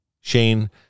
Shane